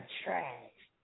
trash